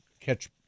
catch